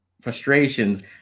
frustrations